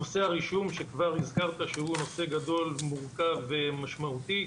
נושא הרישום שכבר הזכרת שהוא נושא גדול ומורכב ומשמעותי,